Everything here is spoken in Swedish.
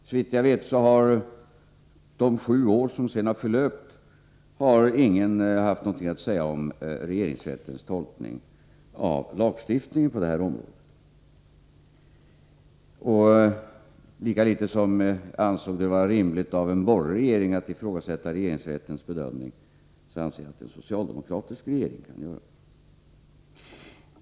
Såvitt jag vet har ingen under de sju år som förlöpt sedan dess haft någonting att säga om regeringsrättens tolkning av lagstiftningen på detta område. Lika litet som jag ansåg det vara rimligt att en borgerlig regering skulle ifrågasätta regeringsrättens bedömning, lika litet anser jag att en socialdemokratisk regering kan göra detta.